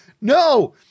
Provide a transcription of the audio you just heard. No